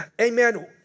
Amen